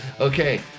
okay